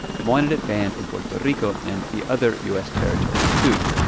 and wanted it banned in puerto rico and the other u s. territories, too.